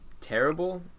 terrible